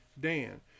Dan